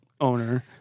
owner